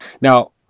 Now